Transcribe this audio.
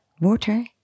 water